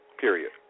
Period